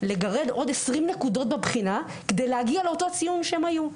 לגרד עוד 20 נקודות בבחינה כדי להגיע לאותו ציון שהם היו.